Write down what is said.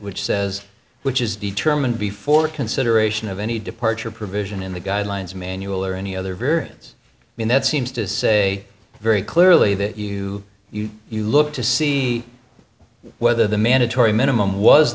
which says which is determined before consideration of any departure provision in the guidelines manual or any other variance in that seems to say very clearly that you you you look to see whether the mandatory minimum was